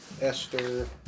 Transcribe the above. Esther